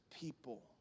people